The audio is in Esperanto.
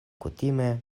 kutime